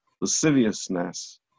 lasciviousness